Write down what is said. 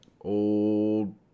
old